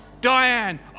Diane